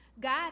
God